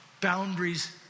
Boundaries